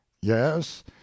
yes